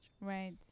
Right